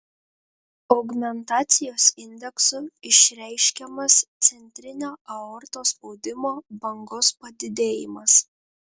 augmentacijos indeksu išreiškiamas centrinio aortos spaudimo bangos padidėjimas